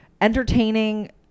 entertaining